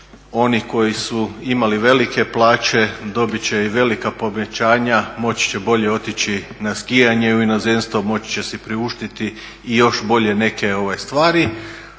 oni koji su imali velike plaće dobit će i velika povećanja, moći će bolje otići na skijanje u inozemstvo, moći će si priuštiti i još bolje neke stvari,